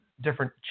different